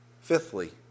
Fifthly